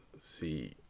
see